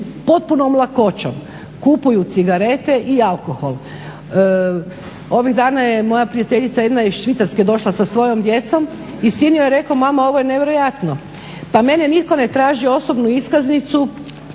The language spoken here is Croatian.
potpunom lakoćom kupuju cigarete i alkohol. Ovih dana je moja prijateljica jedna iz Švicarske došla sa svojom djecom i sin joj je rekao mama ovo je nevjerojatno pa mene nitko ne traži osobnu iskaznicu